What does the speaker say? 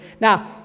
Now